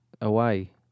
away